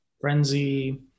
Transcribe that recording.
Frenzy